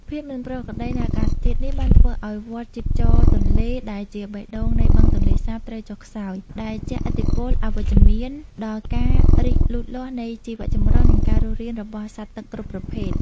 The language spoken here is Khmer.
ភាពមិនប្រក្រតីនៃអាកាសធាតុនេះ បានធ្វើឱ្យវដ្តជីពចរទន្លេ ដែលជាបេះដូងនៃបឹងទន្លេសាបត្រូវចុះខ្សោយ ដែលជះឥទ្ធិពលអវិជ្ជមានដល់ការរីកលូតលាស់នៃជីវចម្រុះ និងការរស់រានរបស់សត្វទឹកគ្រប់ប្រភេទ។